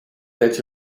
that